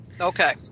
Okay